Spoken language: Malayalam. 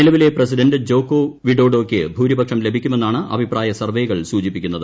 നിലവിലെ പ്രസിഡന്റ് ജോക്കോ വിഡോഡോയ്ക്ക് ഭൂരിപക്ഷം ലഭിക്കുമെന്നാണ് അഭിപ്രായ സർവെകൾ സൂചിപ്പിക്കുന്നത്